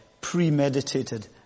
premeditated